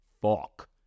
fuck